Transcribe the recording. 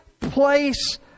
place